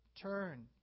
Turn